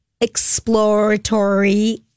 exploratory